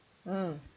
mm